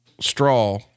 straw